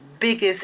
biggest